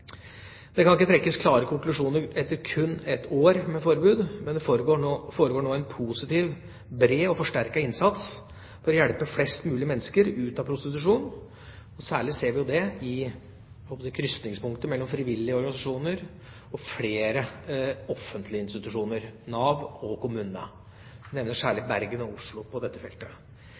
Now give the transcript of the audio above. Det kan ikke trekkes klare konklusjoner etter kun ett år med forbud, men det foregår nå en positiv, bred og forsterket innsats for å hjelpe flest mulig mennesker ut av prostitusjon. Særlig ser vi det i krysningspunktet mellom frivillige organisasjoner og flere offentlige institusjoner, Nav og kommunene. Jeg nevner særlig Bergen og Oslo på dette feltet.